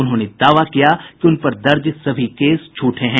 उन्होंने दावा किया कि उन पर दर्ज सभी केस झूठे हैं